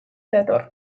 dator